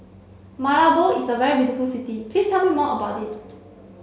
Malabo is a very beautiful city please tell me more about it